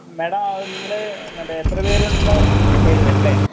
madam അത് നിങ്ങള് മറ്റേ എത്ര പേരുണ്ടെന്നാണ് പറഞ്ഞത് ഏഴ് പേരല്ലേ